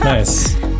Nice